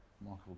Michael